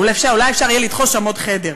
אולי אפשר יהיה לדחוס שם עוד חדר.